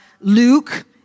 Luke